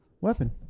Weapon